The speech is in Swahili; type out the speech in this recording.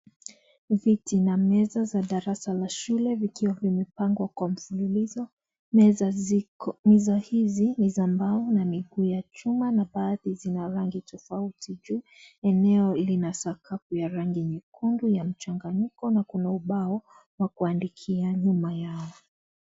Viti wa meza za darasa la shule, vikiwa vimepangwa kwa mfululizo. Meza ziko, meza hizi ni za mbao na miguu ya chuma na baadhi zina rangi tofauti juu, eneo lina sakafu ya rangi nyekundu ya mchanganyiko na kuna ubao wa kuandikia na nyuma yao.